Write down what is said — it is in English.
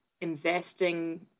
investing